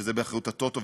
שזה באחריות הטוטו.